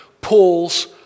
Paul's